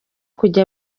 kujya